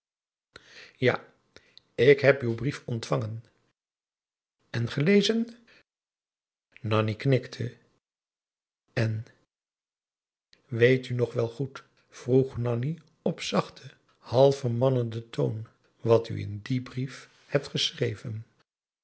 ja ik heb uw brief ontvangen en gelezen p a daum hoe hij raad van indië werd onder ps maurits nanni knikte en weet u nog wel goed vroeg nanni op zachten half vermanenden toon wat u in dien brief hebt geschreven